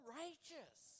righteous